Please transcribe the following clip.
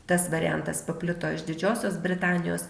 tas variantas paplito iš didžiosios britanijos